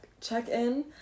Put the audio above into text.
check-in